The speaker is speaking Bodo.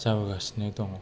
जाबोगासिनो दङ